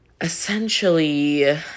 essentially